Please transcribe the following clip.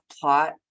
plot